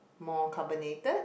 more carbonated